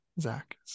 Zach